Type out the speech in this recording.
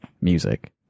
music